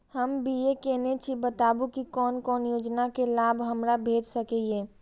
हम बी.ए केनै छी बताबु की कोन कोन योजना के लाभ हमरा भेट सकै ये?